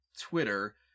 Twitter